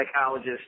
psychologist